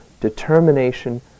determination